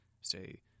say